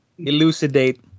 elucidate